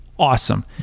Awesome